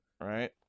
right